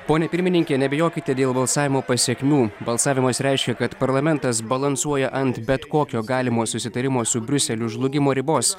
pone pirmininke neabejokite dėl balsavimo pasekmių balsavimas reiškia kad parlamentas balansuoja ant bet kokio galimo susitarimo su briuseliu žlugimo ribos